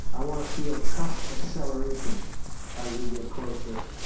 i want to feel trust acceleration as we get closer